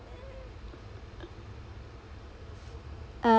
uh